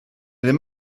ddim